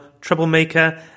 troublemaker